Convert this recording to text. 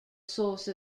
source